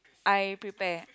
I prepare